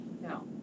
No